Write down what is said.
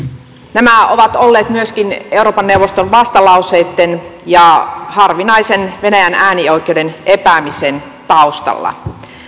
nämä ovat olleet myöskin euroopan neuvoston vastalauseitten ja harvinaisen venäjän äänioikeuden epäämisen taustalla